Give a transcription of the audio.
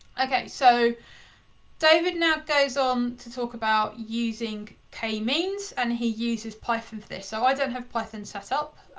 okay, so david now goes on to talk about using k-means and he uses python for this. so i don't have python set up,